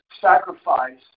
sacrifice